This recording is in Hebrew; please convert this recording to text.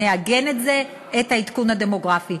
נעגן את זה, את העדכון הדמוגרפי.